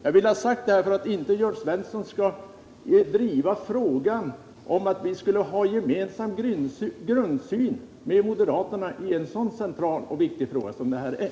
Jag vill ha sagt det här för att inte Jörn Svensson skall driva påståendet att vi skulle ha en med moderaterna gemensam grundsyn i en så central och viktig fråga som den här.